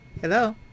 Hello